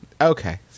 Okay